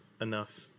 enough